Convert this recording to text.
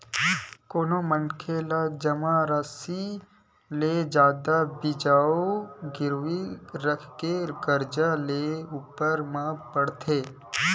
कोनो मनखे ला जमा रासि ले जादा के बियाज गिरवी रखके करजा लेय ऊपर म पड़थे